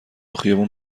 خیابون